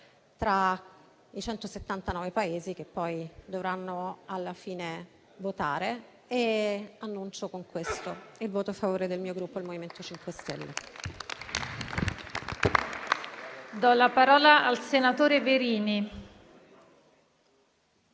tra i 179 Paesi che poi dovranno alla fine votare. Annuncio con questo il voto favorevole del mio Gruppo MoVimento 5 Stelle